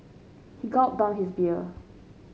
he gulped down his beer